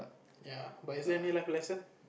ya but is there any life lesson